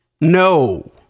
No